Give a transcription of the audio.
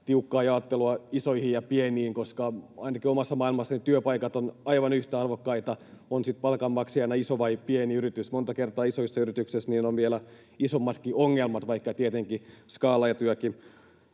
tiukkaa jaottelua isoihin ja pieniin, koska ainakin omassa maailmassani työpaikat ovat aivan yhtä arvokkaita, on sitten palkanmaksajana iso tai pieni yritys. Monta kertaa isoissa yrityksissä on vielä isommat ongelmatkin, vaikka tietenkin skaalaetujakin